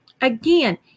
Again